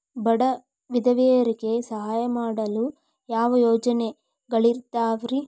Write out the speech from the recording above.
ಬಡ ವಿಧವೆಯರಿಗೆ ಸಹಾಯ ಮಾಡಲು ಯಾವ ಯೋಜನೆಗಳಿದಾವ್ರಿ?